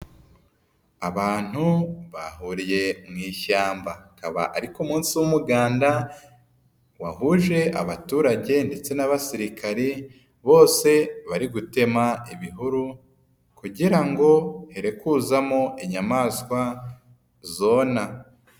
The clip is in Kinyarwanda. Abantu bahuriye mu ishyamba akaba ari ku munsi w'umuganda, wahuje abaturage ndetse n'Abasirikari bose bari gutema ibihuru kugira ngo herekuzamo inyamaswa zona.